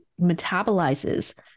metabolizes